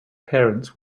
parents